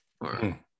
right